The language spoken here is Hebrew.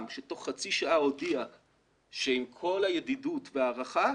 שתוך חצי שעה הודיע שעם כל הידידות וההערכה,